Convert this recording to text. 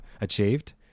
achieved